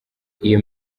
iyi